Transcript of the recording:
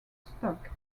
stock